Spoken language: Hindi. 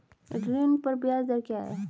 ऋण पर ब्याज दर क्या है?